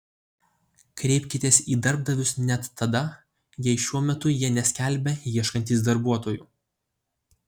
kreipkitės į darbdavius net tada jei šiuo metu jie neskelbia ieškantys darbuotojų